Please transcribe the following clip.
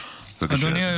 אדוני.